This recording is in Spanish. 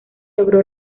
logró